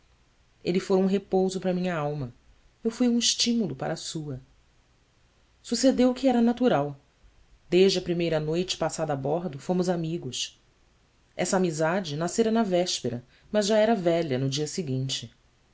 ele fora um repouso para minha alma eu fui um estímulo para a sua sucedeu o que era natural desde a primeira noite passada a bordo fomos amigos essa amizade nascera na véspera mas já era velha no dia seguinte